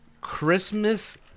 Christmas